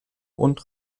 und